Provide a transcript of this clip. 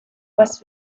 west